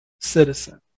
citizen